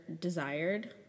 desired